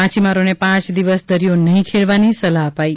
માછીમારોને પાંચ દિવસ દરિયો નહી ખેડવાની સલાહ અપાઇ